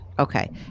Okay